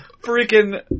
freaking